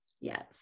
Yes